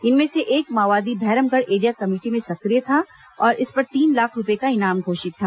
इनमें से एक माओवादी भैरमगढ़ एरिया कमेटी में सक्रिय था और इस पर तीन लाख रूपये का इनाम घोषित था